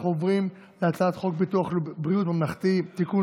אנחנו עוברים להצעת חוק ביטוח בריאות ממלכתי (תיקון,